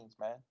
man